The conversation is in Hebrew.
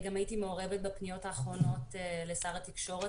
הייתי מעורבת בפניות האחרונות לשר התקשורת